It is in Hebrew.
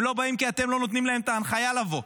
הם לא באים כי אתם לא נותנים להם את ההנחיה לבוא,